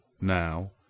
Now